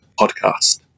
Podcast